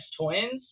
Twins